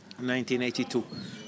1982